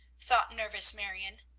thought nervous marion.